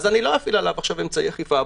אז אני לא אפעיל עליו עכשיו אמצעי אכיפה,